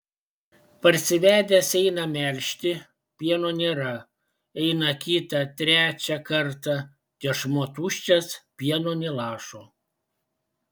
parsivedęs eina melžti pieno nėra eina kitą trečią kartą tešmuo tuščias pieno nė lašo